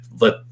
let